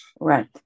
Right